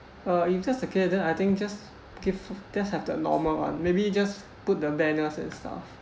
uh if that's the case then I think just give just have the normal one maybe just put the banner stuff